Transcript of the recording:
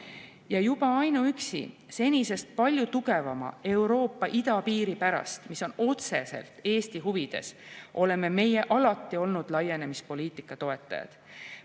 Ja juba ainuüksi senisest palju tugevama Euroopa idapiiri pärast, mis on otseselt Eesti huvides, oleme meie alati olnud laienemispoliitika toetajad.